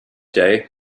day